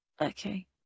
Okay